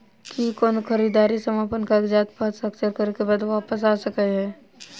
की कोनो खरीददारी समापन कागजात प हस्ताक्षर करे केँ बाद वापस आ सकै है?